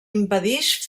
impedix